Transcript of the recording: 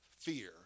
fear